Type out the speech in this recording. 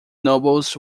nobles